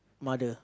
mother